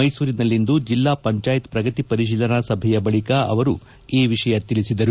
ಮೈಸೂರಿನಲ್ಲಿಂದು ಜಿಲ್ಲಾ ಪಂಚಾಯಿತಿ ಪ್ರಗತಿ ಪರಿಶೀಲನಾ ಸಭೆಯ ಬಳಿಕ ಅವರು ಈ ವಿಷಯ ತಿಳಿಸಿದರು